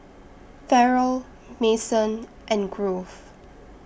Ferrell Mason and Grove